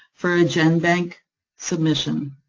for a genbank submission.